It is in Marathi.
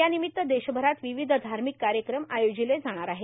यानिमित्त देशभरात विविध धार्मिक कार्यक्रम आयोजित केले जाणार आहे